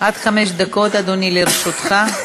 עד חמש דקות, אדוני, לרשותך.